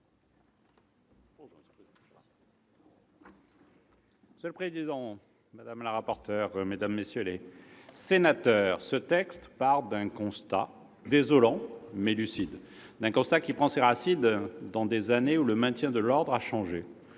Monsieur le président, madame la rapporteure, mesdames, messieurs les sénateurs, ce texte part d'un constat désolant, mais lucide ; d'un constat qui prend ses racines dans des années où le maintien de l'ordre a changé.